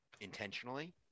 intentionally